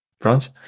france